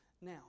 Now